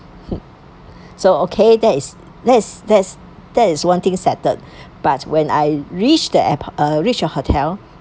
so okay that is that's that's that was one thing settled but when I reached the airport uh reached the hotel